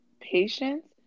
patience